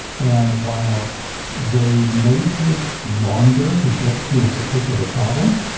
and while they may take longer to get to a particular problem,